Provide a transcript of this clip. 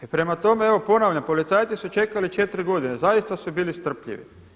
I prema tome, evo ponavljam policajci su čekali 4 godine, zaista su bili strpljivi.